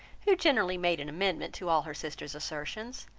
who generally made an amendment to all her sister's assertions.